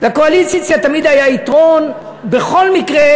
לקואליציה תמיד היה יתרון בכל מקרה,